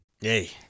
Yay